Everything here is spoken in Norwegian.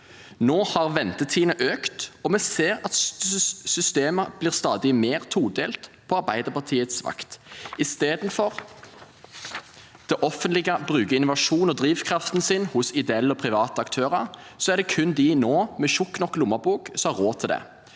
Nå har ventetidene økt, og vi ser at systemet blir stadig mer todelt på Arbeiderpartiets vakt. Istedenfor at det offentlige bruker innovasjonen og drivkraften sin hos ideelle og private aktører, er det nå kun dem med tjukk nok lommebok som har råd til det.